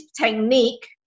technique